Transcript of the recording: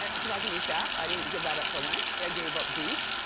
ah cause i can eat that. i didn't give that up for lent. i gave up beef,